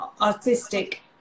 artistic